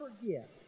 forget